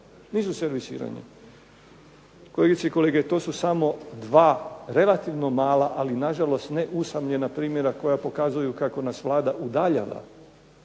nisu servisirane. Kolegice i kolege, to su samo dva relativno mala, ali nažalost ne usamljena primjera koja pokazuju kako nas Vlada udaljava